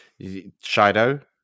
Shido